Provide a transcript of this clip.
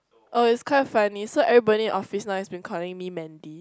oh it's quite funny so everybody in office now has been calling me Mandy